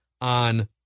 on